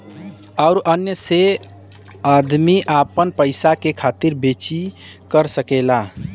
अउर अन्य मे अदमी आपन पइसवा के खरीदी बेची कर सकेला